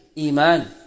iman